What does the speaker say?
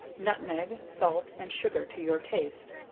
nutmeg, salt and sugar to your taste,